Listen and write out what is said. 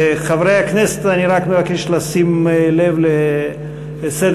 חברי הכנסת, אני רק מבקש לשים לב לסדר-היום.